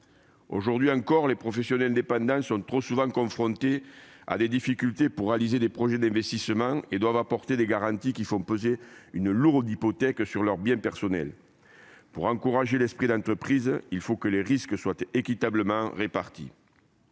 Aujourd'hui encore, les professionnels indépendants sont trop souvent confrontés à des difficultés lorsqu'ils souhaitent réaliser des projets d'investissement ; ils doivent apporter des garanties qui font peser une lourde hypothèque sur leurs biens personnels. Pour encourager l'esprit d'entreprise, il faut que les risques soient équitablement répartis.